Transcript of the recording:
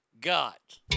got